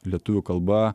lietuvių kalba